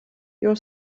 your